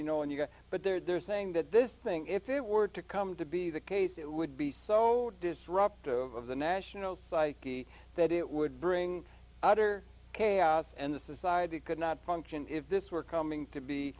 grassy knoll and you go but they're saying that this thing if it were to come to be the case it would be so disruptive of the national psyche that it would bring utter chaos and the society could not function if this were coming to be